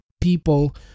People